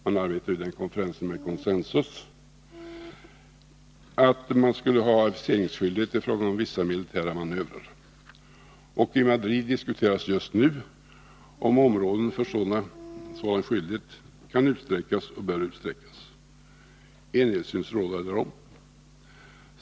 Man arbetade vid den konferensen fram en consensus i fråga om aviseringsskyldighet då det gäller vissa militära manövrar. I Madrid diskuteras just nu om området för sådan skyldighet kan och bör utsträckas. Enighet tycks råda därom.